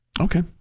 Okay